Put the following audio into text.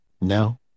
No